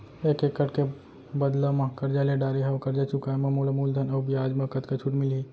एक एक्कड़ के बदला म करजा ले डारे हव, करजा चुकाए म मोला मूलधन अऊ बियाज म कतका छूट मिलही?